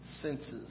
senses